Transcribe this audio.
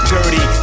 Dirty